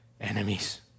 enemies